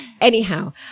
Anyhow